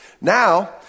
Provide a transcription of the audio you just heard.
Now